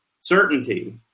certainty